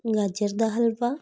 ਗਾਜਰ ਦਾ ਹਲਵਾ